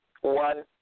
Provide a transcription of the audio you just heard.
One